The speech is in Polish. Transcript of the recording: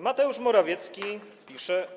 Mateusz Morawiecki pisze: